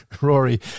Rory